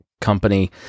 company